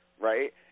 right